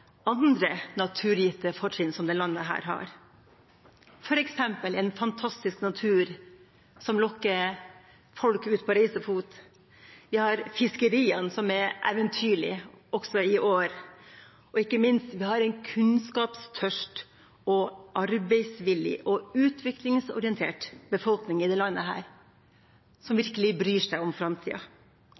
andre naturgitte fortrinn som dette landet har, f.eks. en fantastisk natur som lokker folk ut på reisefot. Vi har fiskeriene, som er eventyrlige også i år. Ikke minst har vi en kunnskapstørst, arbeidsvillig og utviklingsorientert befolkning i dette landet, som virkelig bryr seg om